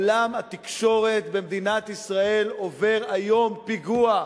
עולם התקשורת במדינת ישראל עובר היום פיגוע.